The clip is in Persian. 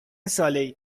صالحی